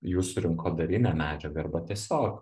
jūsų rinkodarinę medžiagą arba tiesiog